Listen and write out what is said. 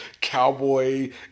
cowboy